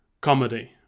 comedy